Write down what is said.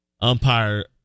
umpire